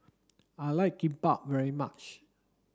I like Kimbap very much